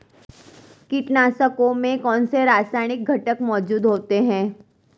कीटनाशकों में कौनसे रासायनिक घटक मौजूद होते हैं?